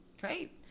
Great